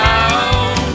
out